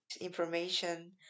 information